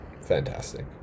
fantastic